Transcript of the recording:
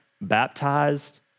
baptized